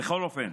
בכל אופן,